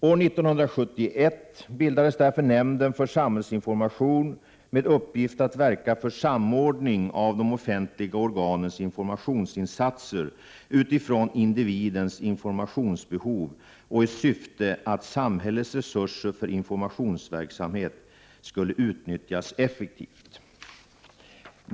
År 1971 bildades därför nämnden för samhällsinformation med uppgift att verka för samordning av de offentliga organens informationsinsatser utifrån individens informationsbehov och i syfte att samhällets resurser för informationsverksamhet skulle utnyttjas effektivt.